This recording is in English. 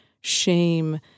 shame